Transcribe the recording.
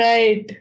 Right